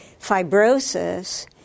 fibrosis